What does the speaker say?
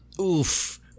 Oof